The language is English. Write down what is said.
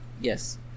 Yes